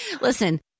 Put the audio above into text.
Listen